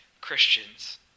Christians